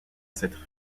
cette